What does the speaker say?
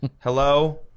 Hello